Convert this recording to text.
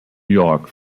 york